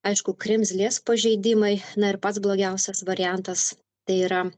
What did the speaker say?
aišku kremzlės pažeidimai na ir pats blogiausias variantas tai yra